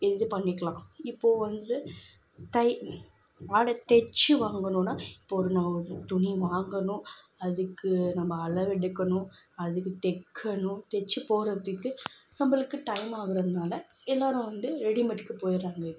இது பண்ணிக்கலாம் இப்போது வந்து ஆடை தைச்சு வாங்கணும்னா இப்போது ஒரு துணி வாங்கணும் அதுக்கு நம்ம அளவெடுக்கணும் அதுக்கு தைக்கணும் தைச்சு போடுறதுக்கு நம்மளுக்கு டைம் ஆகுறதுனால எல்லோரும் வந்து ரெடிமேடுக்கு போயிடுறாங்க இப்போது